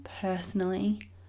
personally